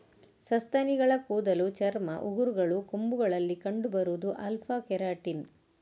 ಸಸ್ತನಿಗಳ ಕೂದಲು, ಚರ್ಮ, ಉಗುರುಗಳು, ಕೊಂಬುಗಳಲ್ಲಿ ಕಂಡು ಬರುದು ಆಲ್ಫಾ ಕೆರಾಟಿನ್